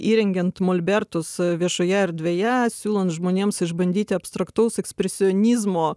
įrengiant molbertus viešoje erdvėje siūlant žmonėms išbandyti abstraktaus ekspresionizmo